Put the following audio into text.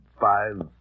five